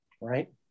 right